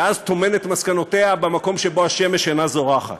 ואז טומן את מסקנותיה במקום שבו השמש אינה זורחת.